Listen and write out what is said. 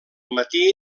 matí